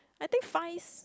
I think fives